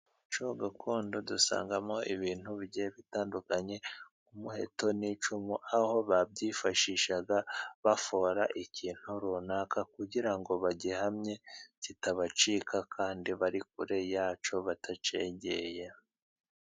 Mu muco gakondo dusangamo ibintu bigiye bitandukanye :umuheto, n'icumu aho babyifashishaga bafora ikintu runaka ,kugira ngo bagihamye kitabacika kandi bari kure yacyo batakegeye.